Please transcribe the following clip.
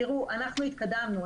אנחנו התקדמנו,